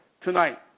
tonight